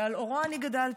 ולאורו גדלתי.